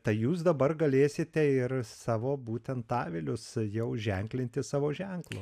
tai jūs dabar galėsite ir savo būtent avilius jau ženklinti savo ženklu